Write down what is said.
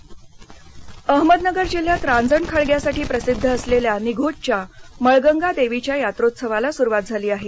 अहमदनगरः अहमदनगर जिल्ह्यात रांजण खळग्यासाठी प्रसिध्द असलेल्या निघोजच्या मळगंगा देवीच्या यात्रोत्सवाला सुरुवात झाली आहे